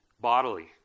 bodily